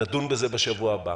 נדון בזה בשבוע הבא.